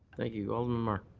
thank you. alderman mar.